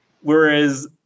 whereas